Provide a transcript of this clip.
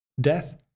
death